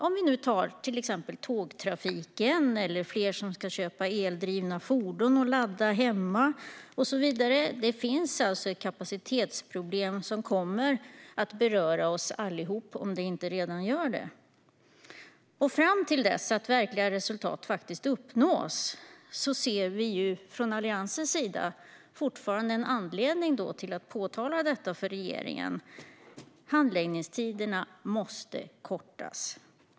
Om vi tar tågtrafiken som exempel, eller att fler ska köpa eldrivna fordon och ladda dem hemma och så vidare, ser vi att det finns ett kapacitetsproblem som kommer att beröra oss allihop - om det inte redan gör det. Fram till dess att verkliga resultat faktiskt uppnås ser vi från Alliansens sida fortfarande anledning att påpeka för regeringen att handläggningstiderna måste kortas.